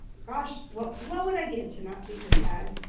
gosh, what what would i give to not see her sad?